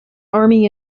army